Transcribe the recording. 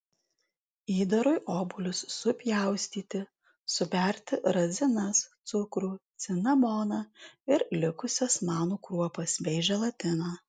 įdarui obuolius supjaustyti suberti razinas cukrų cinamoną ir likusias manų kruopas bei želatiną